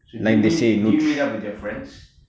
do you do you meet up with your friends